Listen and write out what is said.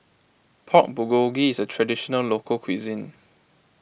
Pork Bulgogi is a Traditional Local Cuisine